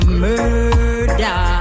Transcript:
murder